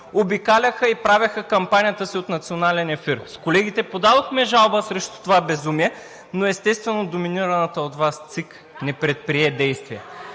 обикаляха и правеха кампанията си от национален ефир. С колегите подадохме жалба срещу това безумие, но, естествено, доминираната от Вас ЦИК не предприе действия.